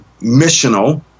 missional